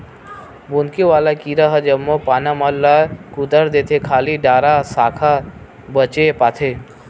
बुंदकी वाला कीरा ह जम्मो पाना मन ल कुतर देथे खाली डारा साखा बचे पाथे